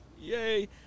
Yay